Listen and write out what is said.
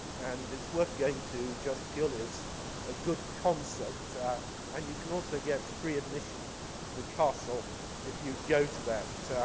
and it's worth going to just purely as a good concert and you can also get free admission to the castle if you go to that.